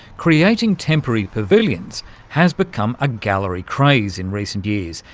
creating temporary pavilions has become a gallery craze in recent years.